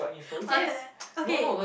uh okay